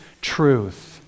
truth